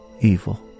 evil